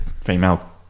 female